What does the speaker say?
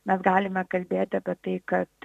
na galime kalbėti apie tai kad